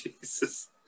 Jesus